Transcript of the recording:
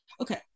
okay